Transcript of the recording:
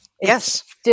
Yes